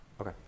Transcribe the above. okay